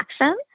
action